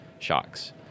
shocks